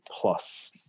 plus